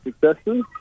successes